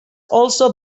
also